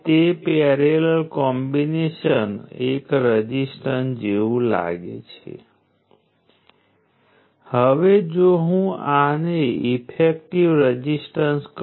તેથી એક passive element ક્યાંક તો પાવર હંમેશા પોઝિટિવ હોય છે જે આપમેળે સૂચવે છે કે તે હંમેશા એનર્જીને શોષી લે છે તે તેને ક્યારેય ડીલીવર કરી શકતું નથી અને આવા એલિમેન્ટ પેસિવ એલિમેન્ટ છે